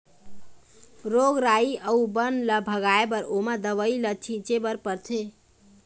रोग राई अउ बन ल भगाए बर ओमा दवई ल छिंचे बर परथे